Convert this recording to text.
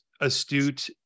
astute